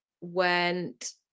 went